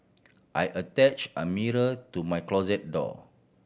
I attach a mirror to my closet door